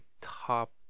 top